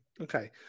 okay